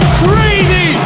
crazy